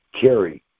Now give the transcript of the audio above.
carry